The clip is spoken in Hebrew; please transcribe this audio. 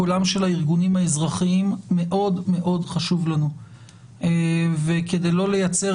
קולם של הארגונים האזרחיים מאוד מאוד חשוב לנו וכדי לא לייצר